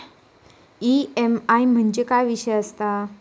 EMI म्हणजे काय विषय आसता?